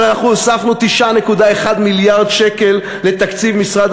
אבל אנחנו הוספנו 9.1 מיליארד שקל לתקציב משרד